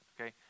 okay